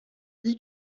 dix